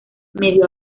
medio